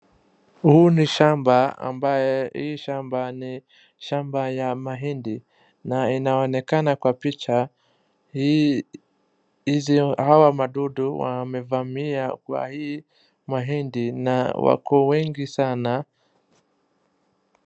Huu ni shamba ambaye hii shamba ni shamba ya mahindi na inaonekana kwa picha hawa madudu wamevamia kwa hii mahindi na wako wengi sana.